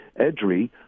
Edry